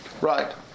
Right